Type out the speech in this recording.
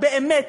באמת,